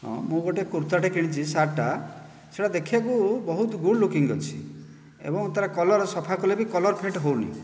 ମୁଁ ଗୋଟିଏ କୁର୍ତ୍ତାଟେ କିଣିଛି ଶାର୍ଟଟା ସେହିଟା ଦେଖିବାକୁ ବହୁତ ଗୁଡ଼୍ ଲୁକିଂ ଅଛି ଏବଂ ତା'ର କଲର ସଫା କଲେ ବି କଲର ଫେଡ଼୍ ହେଉନି